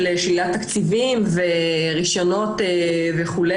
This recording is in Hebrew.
של שלילת תקציבים ורישיונות וכו',